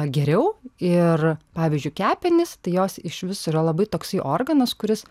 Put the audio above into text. geriau ir pavyzdžiui kepenys tai jos iš vis yra labai toksai organas kuris